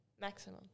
maximum